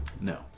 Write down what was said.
No